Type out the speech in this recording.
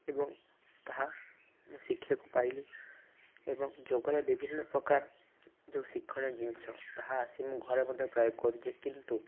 ଏବଂ ତାହା ମୁଁ ଶିଖିବାକୁ ପାଇଲି ଏବଂ ଯୋଗର ବିଭିନ୍ନ ପ୍ରକାର ଯେଉଁ ଶିକ୍ଷଣୀୟ ଜିନିଷ ତାହା ଆସି ମୁଁ ଘରେ ମଧ୍ୟ ପ୍ରାୟେ କରୁଛି କିନ୍ତୁ